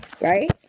right